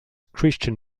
christian